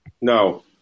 No